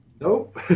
Nope